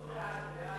כהצעת הוועדה, נתקבל.